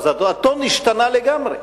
הטון השתנה לגמרי.